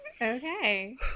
Okay